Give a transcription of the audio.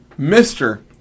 Mr